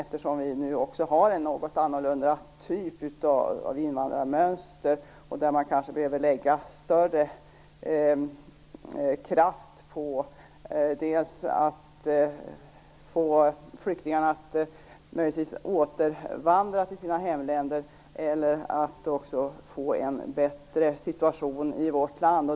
Vi har ju nu ett något annorlunda invandrarmönster, och man kanske behöver lägga större kraft dels på att få flyktingarna att återvända till sina hemländer, dels på att få en bättre situation i vårt land.